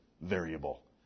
variable